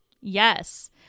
Yes